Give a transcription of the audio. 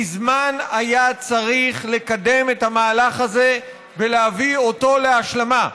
מזמן היה צריך לקדם את המהלך הזה ולהביא אותו להשלמה.